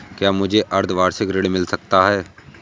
क्या मुझे अर्धवार्षिक ऋण मिल सकता है?